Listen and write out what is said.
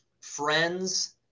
Friends